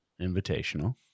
Invitational